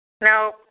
No